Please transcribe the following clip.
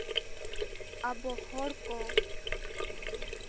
ᱟᱵᱚ ᱦᱚᱲ ᱠᱚ